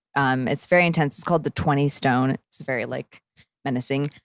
um it's very intense. it's called the twenty stone. it's very like menacing.